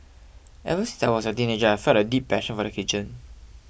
ever since I was a teenager I felt a deep passion for the kitchen